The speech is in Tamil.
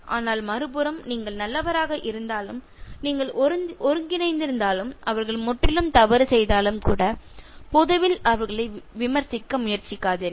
ஆனால் மறுபுறம் நீங்கள் நல்லவராக இருந்தாலும் நீங்கள் ஒருங்கிணைந்திருந்தாலும் அவர்கள் முற்றிலும் தவறு செய்தாலும் கூட பொதுவில் அவர்களை விமர்சிக்க முயற்சிக்காதீர்கள்